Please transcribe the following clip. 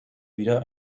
wieder